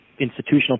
institutional